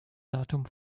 datum